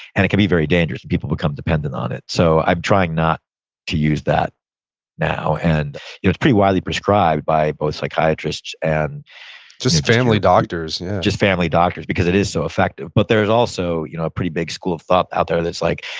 and it can be very dangerous. and people become dependent on it. so i'm trying not to use that now. and it was pretty widely prescribed by both psychiatrists and just just family doctors just family doctors because it is so effective. but there's also you know a pretty big school of thought out there that's like,